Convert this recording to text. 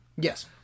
Yes